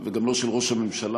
וגם לא של ראש הממשלה,